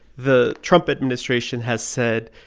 the trump administration has said,